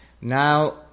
Now